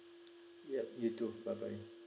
ya you too bye bye